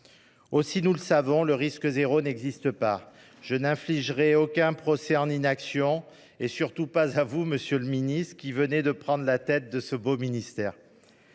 Nous le savons, le risque zéro n’existe pas ; à cet égard, je n’intenterai aucun procès en inaction – et surtout pas à vous, monsieur le ministre, qui venez de prendre la tête de ce beau ministère.